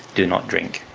do not drink.